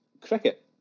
cricket